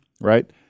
right